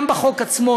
גם בחוק עצמו,